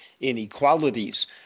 inequalities